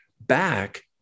back